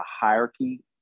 hierarchy